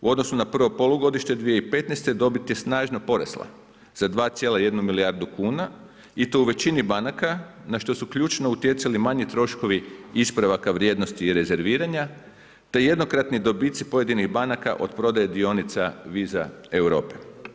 U odnosu na prvo polugodište 2015. dobit je snažno porasla za 2,1 milijardu kuna i to u većini banaka na što su ključno utjecali manji troškovi ispravaka vrijednosti i rezerviranja te jednokratni dobici pojedinih banaka od prodaje dionica Visa Europe.